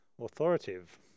authoritative